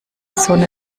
sonne